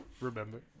Remember